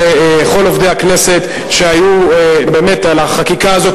לכל עובדי הכנסת שהיו על החקיקה הזאת,